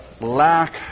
lack